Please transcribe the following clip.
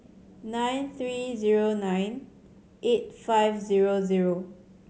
nine three zero nine eight five zero zero